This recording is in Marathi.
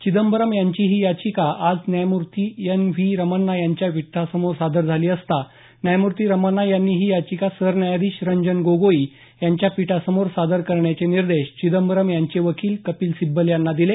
चिदंबरम यांची ही याचिका आज न्यायमूर्ती एन व्ही रमण्णा यांच्या पीठासमोर सादर झाली असता न्यायमूर्ती रमण्णा यांनी ही याचिका सरन्यायाधीश रंजन गोगोई यांच्या पीठासमोर सादर करण्याचे निर्देश चिदंबरम यांचे वकील कपिल सिब्बल यांना दिले